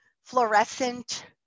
fluorescent